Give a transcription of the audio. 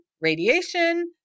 radiation